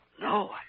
No